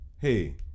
hey